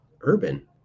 urban